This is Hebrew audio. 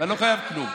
ואני לא חייב כלום.